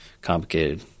complicated